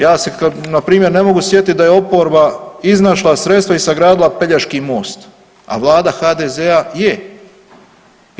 Ja se npr. ne mogu sjetit da je oporba iznašla sredstva i sagradila Pelješki most, a vlada HDZ-a je.